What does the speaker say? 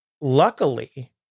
luckily